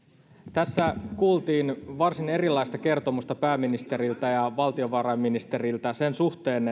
tässä kuultiin varsin erilaista kertomusta pääministeriltä ja valtiovarainministeriltä sen suhteen